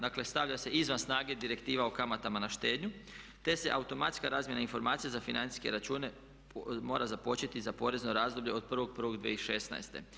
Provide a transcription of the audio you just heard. Dakle, stavlja se izvan snage Direktiva o kamatama na štednju, te se automatska razmjena informacija za financijske račune mora započeti za porezno razdoblje od 1.1.2016.